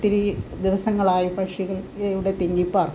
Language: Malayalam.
ഒത്തിരി ദിവസങ്ങളായി പക്ഷികൾ ഇവിടെ തിങ്ങിപ്പാർക്കുന്നു